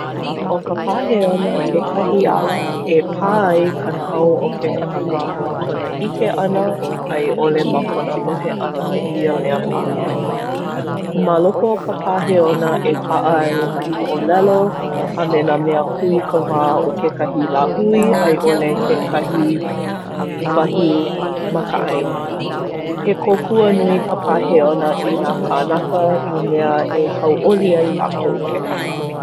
ʻO ka pāheona kekahi ala e pā ai ka naʻau o ke kanaka ma kona ʻike ʻana, a i ʻole ma kona lohe ʻana ia mea pāheona. Ma loko o ka pāheona e paʻa ai nā moʻolelo a me nā mea kūikawā o kekahi lāhui a i ʻole kekahi wahi ma ka ʻāina. He kōkua nui ka pāheona i nā kānaka i mea e hauʻoli ai lākou kekahi.